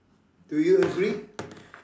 do you agree